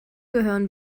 gehören